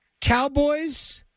Cowboys